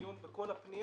דיון בכל הפנייה,